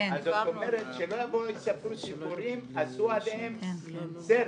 אז שלא יספרו סיפורים, עשו על התימנים סרט.